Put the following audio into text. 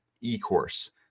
e-course